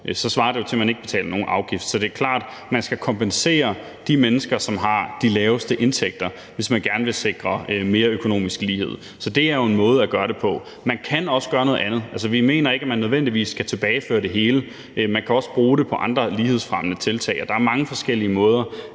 så svarer det jo til, at de ikke betaler nogen afgift. Så er det klart, at man skal kompensere de mennesker, som har de laveste indtægter, hvis man gerne vil sikre mere økonomisk lighed. Så det er jo en måde at gøre det på. Man kan også gøre noget andet. Altså, vi mener ikke, at man nødvendigvis skal tilbageføre det hele, men man kan også bruge det på andre lighedsfremmende tiltag, og der er mange forskellige måder